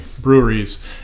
breweries